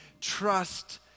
Trust